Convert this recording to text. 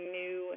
new